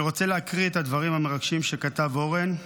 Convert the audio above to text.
אני רוצה להקריא את הדברים המרגשים שכתב אורן: